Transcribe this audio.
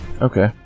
Okay